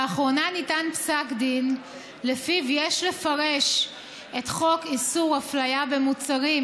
לאחרונה ניתן פסק דין שפיו יש לפרש את חוק איסור הפליה במוצרים,